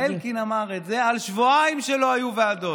אלקין אמר את זה על שבועיים שלא היו ועדות.